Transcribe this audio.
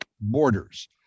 borders